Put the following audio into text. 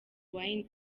wayne